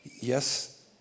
Yes